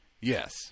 yes